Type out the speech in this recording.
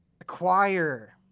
Acquire